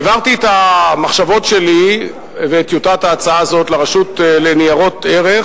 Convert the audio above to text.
העברתי את המחשבות שלי ואת טיוטת ההצעה הזאת לרשות לניירות ערך,